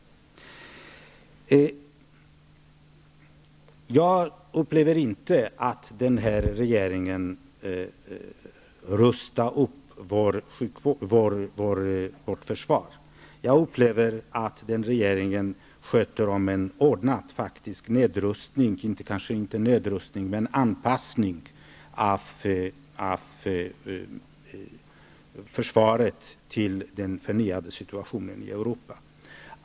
Jag upplever inte att den nuvarande regeringen rustar upp vårt försvar. Jag upplever att regeringen faktiskt inte genomför en ordnad nedrustning utan en anpassning av försvaret till den förnyade situationen i Europa.